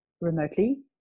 remotely